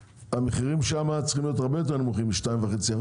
המחירים שם צריכים להיות הרבה יותר נמוכים מ-2.5%.